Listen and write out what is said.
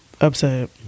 upset